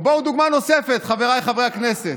או בואו, דוגמה נוספת, חבריי חברי הכנסת,